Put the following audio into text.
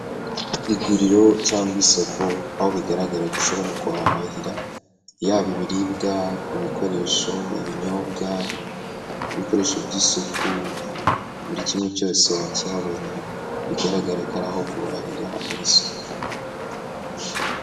Iguriro cyangwa isoko, aho bigaragara ko ushobora kuhahahira, yaba ibiribwa, ibikoresho, ibinyobwa, ibikoresho by'isuku, buri kimwe cyose wakihabona, bigaragara ko ari aho guhahira, ari isoko.